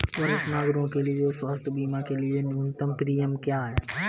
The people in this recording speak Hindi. वरिष्ठ नागरिकों के स्वास्थ्य बीमा के लिए न्यूनतम प्रीमियम क्या है?